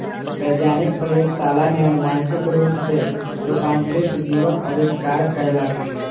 वैज्ञानिक प्रयोगशाला में अनुवांशिक रूप सॅ रूपांतरित जीवक आविष्कार कयलक